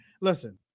listen